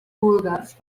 búlgars